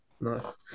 Nice